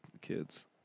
kids